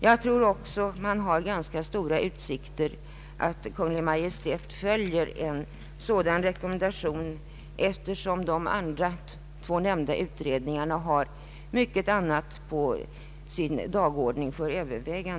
Jag tror också att det finns ganska stora utsikter till att Kungl. Maj:t följer en sådan rekommendation, eftersom de övriga nämnda utredningarna har mycket annat på sin dagordning.